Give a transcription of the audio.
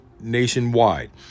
nationwide